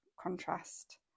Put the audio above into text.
contrast